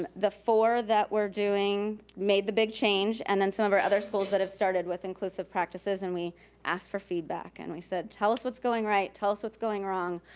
ah the four that were doing, made the big change, and then some of our other schools that have started with inclusive practices and we asked for feedback, and we said, tell us what's going right, tell us what's going wrong,